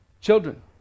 children